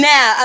Now